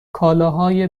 کالاهای